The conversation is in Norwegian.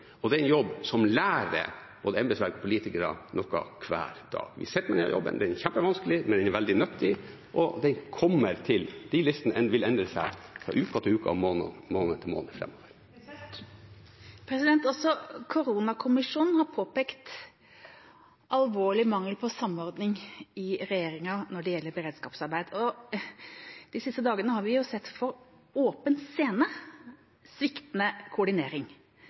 og det er en jobb som lærer både embetsverk og politikere noe hver dag. Vi sitter med denne jobben, den er kjempevanskelig, men den er veldig nyttig, og listene vil endre seg fra uke til uke og fra måned til måned framover. Også koronakommisjonen har påpekt en alvorlig mangel på samordning i regjeringa når det gjelder beredskapsarbeid, og de siste dagene har vi sett for åpen scene sviktende koordinering